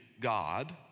God